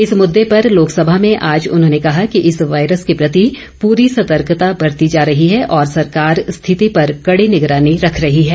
इस मुद्दे पर लोकसभा में आज उन्होंने कहा कि इस वायरस के प्रति पूरी सतर्कता बरती जा रही है और सरकार स्थिति पर कड़ी निगरानी रख रही है